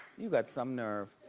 you got some nerve.